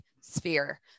sphere